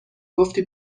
گفتی